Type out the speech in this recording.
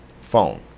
phone